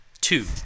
two